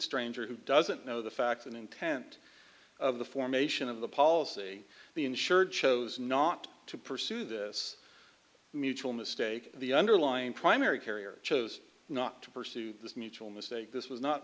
stranger who doesn't know the facts and intent of the formation of the policy the insured chose not to pursue this mutual mistake the underlying primary carrier chose not to pursue this mutual mistake this was not